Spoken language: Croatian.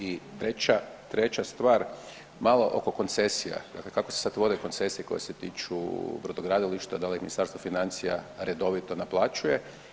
I treća, treća stvar malo oko koncesija, dakle kako se sad vode koncesije koje se tiču brodogradilišta, da li Ministarstvo financija redovito naplaćuje.